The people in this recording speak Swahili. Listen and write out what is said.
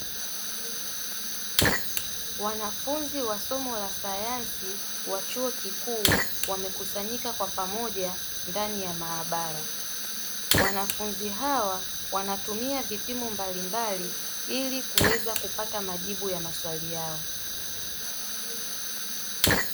Wanafunzi wa somo la sayansi wa chuo kikuu wamekusanyika kwa pamoja ndani ya maabara. Wanafunzi hawa wanatumia vipimo mbalimbali ili kuweza kupata majibu ya maswali yao.